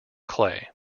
clay